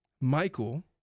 Michael